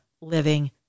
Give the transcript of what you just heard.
living